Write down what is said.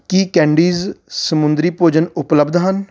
ਕੀ candies ਸਮੁੰਦਰੀ ਭੋਜਨ ਉਪਲੱਬਧ ਹਨ